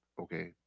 okay